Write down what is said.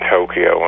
Tokyo